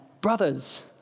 Brothers